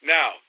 Now